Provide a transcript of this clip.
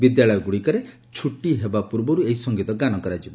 ବିଦ୍ୟାଳୟଗୁଡିକରେ ଛୁଟି ହେବା ପୂର୍ବରୁ ଏହି ସଙ୍ଗୀତ ଗାନ କରାଯିବ